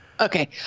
Okay